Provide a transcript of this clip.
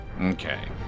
Okay